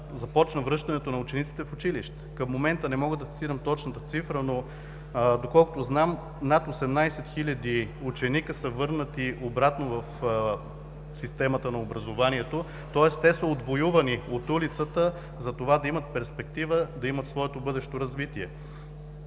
започна връщането на учениците в училище. Към момента не мога да цитирам точната цифра, но доколкото знам над 18 хиляди ученика са върнати обратно в системата на образованието. Тоест, те са отвоювани от улицата за това да имат перспектива, да имат своето бъдещо развитие.